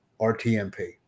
RTMP